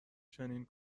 چنین